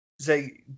say